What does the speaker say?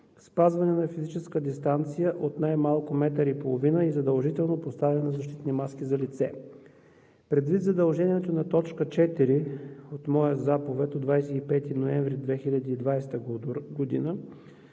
спазване на физическа дистанция от най-малко метър и половина и задължително поставяне на защитни маски за лице. Предвид задължението по т. 4 от моя Заповед от 25 ноември 2020 г.